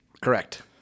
Correct